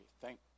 thank